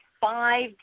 five